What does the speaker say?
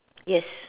yes